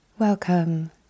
Welcome